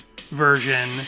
version